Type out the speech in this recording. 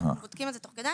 אנחנו בודקים את זה תוך כדי.